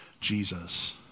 Jesus